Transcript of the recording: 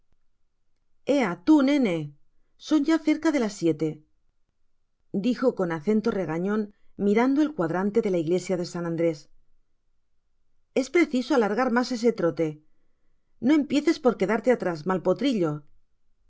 tu nene son ya cerca las siete dijo con acento regañon mirando el cuadrante de la iglesia de san andrés es preciso alargar mas ese trote no empieces por quedarte atrás mal potrillo